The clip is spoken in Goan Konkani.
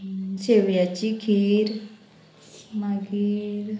शेवयाची खीर मागीर